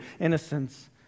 Innocence